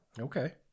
Okay